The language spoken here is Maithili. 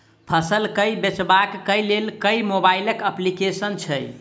फसल केँ बेचबाक केँ लेल केँ मोबाइल अप्लिकेशन छैय?